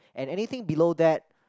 and anything below that